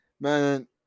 Man